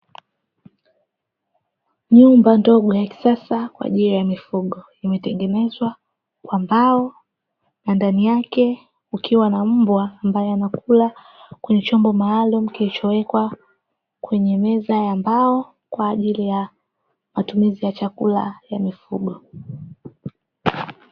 Nyumba ndogo ya kisasa kwa ajili ya mifugo imetengenezwa kwa mbao na ndani yake kukiwa na mbwa ambaye anakula kwenye chombo maalumu kilichowekwa kwenye meza ya mbao kwa ajili ya matumizi ya chakula ya mifugo.